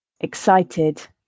excited